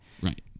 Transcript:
Right